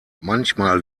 manchmal